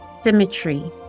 Symmetry